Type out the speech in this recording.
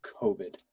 COVID